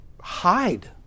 hide